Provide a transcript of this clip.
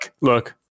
look